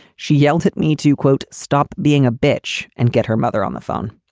she yelled at me to, quote, stop being a bitch and get her mother on the phone.